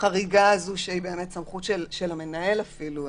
חריגה הזו, שהיא סמכות של המנהל עצמו.